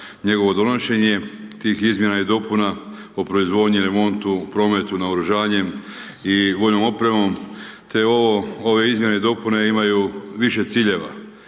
njegovo donošenje, tih izmjena i dopuna o proizvodnji, remontu i prometu naoružanjem i vojnom opremom te ove izmjene i dopune imaju više ciljeva.